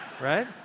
right